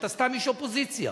אתה סתם איש אופוזיציה.